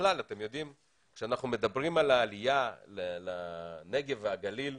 כאשר אנחנו מדברים על העלייה לנגב והגליל,